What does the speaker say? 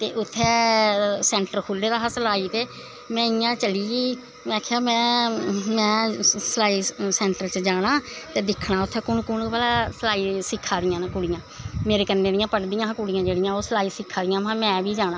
ते उत्थें सैंटर खुल्ले दा हा सलाई ते में इयां गै चली गेआ में आक्खेआ में सलाई सैंटर च जाना ते दिक्खनां भला कुन कुन सलाई सिक्खा दियां न कुड़ियां मेरे कन्नैं जेह्ड़ियां कुड़ियां पढ़दियां हां ओह् सलाई सिक्खा दियां हां